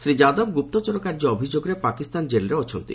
ଶ୍ରୀ ଯାଦବ ଗୁପ୍ତଚର କାର୍ଯ୍ୟ ଅଭିଯୋଗରେ ପାକିସ୍ତାନ ଜେଲ୍ରେ ଅଛନ୍ତି